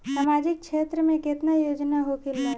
सामाजिक क्षेत्र में केतना योजना होखेला?